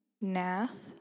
nath